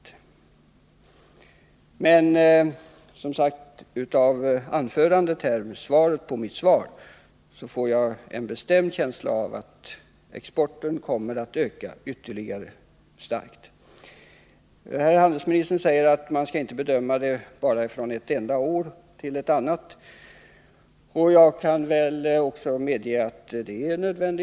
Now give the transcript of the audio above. Av handelsministerns andra anförande här får jag som sagt en bestämd känsla av att vapenexporten kommer att ytterligare starkt öka. Handelsministern säger att man inte skall bedöma ökningen bara med siffror från ett enda år till ett annat. Jag kan väl medge att det är riktigt.